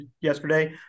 yesterday